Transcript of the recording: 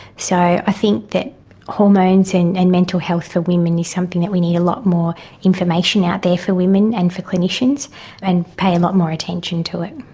so i think that hormones and and mental health for women is something that we need a lot more information out there for women and for clinicians and pay a lot more attention to it.